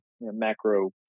macro